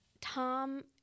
Tom